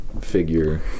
figure